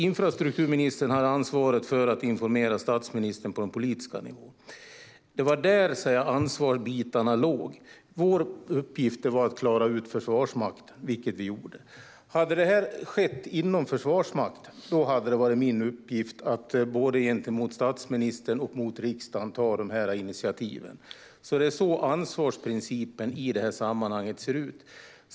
Infrastrukturministern hade ansvaret för att informera statsministern på den politiska nivån. Det var där ansvarsbitarna låg. Vår uppgift var att klara ut Försvarsmakten, vilket vi gjorde. Om det här hade skett inom Försvarsmakten hade det varit min uppgift att ta de här initiativen gentemot både statsministern och riksdagen. Det är på det sättet ansvarsprincipen ser ut i sammanhanget.